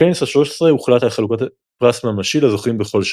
בכנס ה-13 הוחלט על חלוקת פרס ממשי לזוכים בכל שנה.